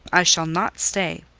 i shall not stay.